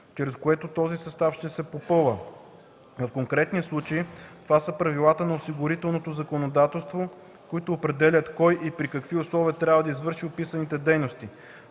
чрез което този състав ще се попълва. В конкретния случай това са правилата на осигурителното законодателство, които определят кой и при какви условия трябва да извърши описаните дейности.